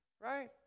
right